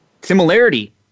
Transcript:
similarity